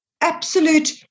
absolute